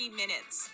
minutes